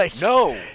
No